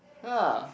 ha